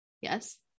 yes